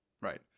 Right